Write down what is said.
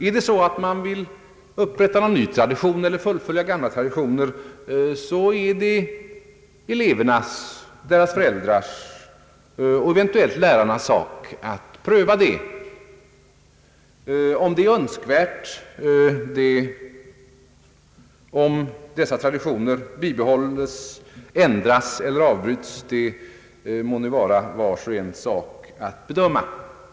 Om det är så att man vill skapa någon ny tradition eller upprätthålla gamla traditioner så är det elevernas, föräldrarnas och eventuellt lärarnas sak att pröva den frågan. Om det är önskvärt att bibehålla, ändra eller avbryta dessa traditioner må vara vars och ens sak att bedöma.